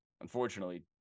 unfortunately